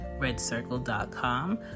redcircle.com